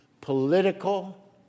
political